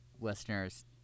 listeners